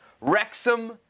Wrexham